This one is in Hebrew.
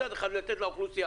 מצד אחד לתת לאוכלוסייה,